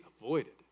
avoided